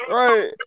right